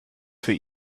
für